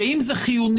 שאם זה חיוני,